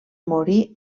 morir